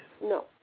No